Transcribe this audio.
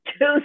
two